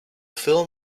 film